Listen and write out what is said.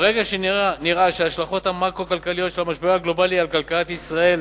ברגע שנראה שההשלכות המקרו-כלכליות של המשבר הגלובלי על כלכלת ישראל